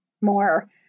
more